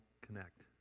connect